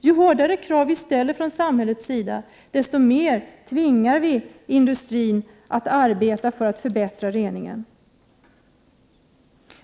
Ju hårdare krav som ställs från samhällets sida, desto mera tvingas industrin att arbeta för en förbättrad rening.